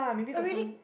already